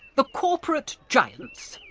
the corporate giants,